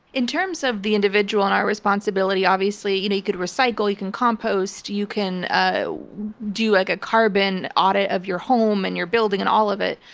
in terms of the individual and our responsibility obviously, you know you could recycle, you can compost. you can ah do like a carbon audit of your home and your building and all of it.